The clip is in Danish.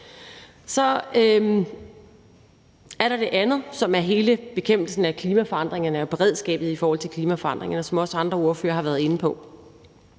Så er der det andet, som er hele bekæmpelsen af klimaforandringerne og beredskabet i forhold til klimaforandringerne, som også andre ordførere har været inde på.